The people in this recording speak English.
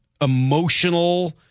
emotional